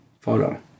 photo